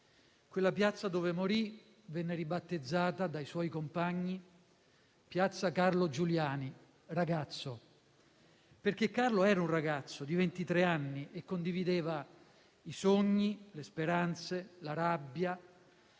Quella piazza dove morì venne ribattezzata dai suoi compagni "Piazza Carlo Giuliani, ragazzo", perché Carlo era un ragazzo di ventitré anni e condivideva i sogni, le speranze, la rabbia